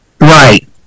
Right